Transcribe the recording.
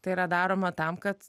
tai yra daroma tam kad